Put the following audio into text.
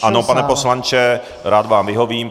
Ano, pane poslanče, rád vám vyhovím.